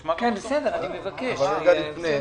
נשמע גם אותו.